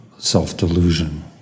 Self-delusion